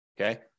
okay